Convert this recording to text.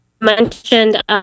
mentioned